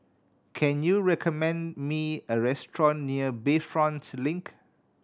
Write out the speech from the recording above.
can you recommend me a restaurant near Bayfront Link